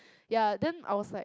ya then I was like